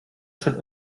schon